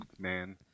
man